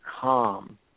calm